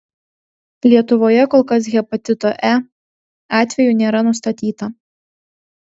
lietuvoje kol kas hepatito e atvejų nėra nustatyta